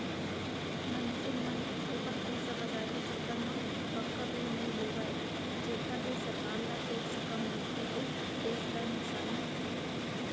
मनसे मन थोकन पइसा बचाय के चक्कर म पक्का बिल नइ लेवय जेखर ले सरकार ल टेक्स कम मिलथे अउ देस ल नुकसानी होथे